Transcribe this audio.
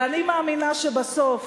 ואני מאמינה שבסוף,